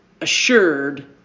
assured